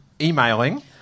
emailing